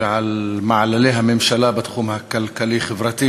ועל מעללי הממשלה בתחום הכלכלי-חברתי.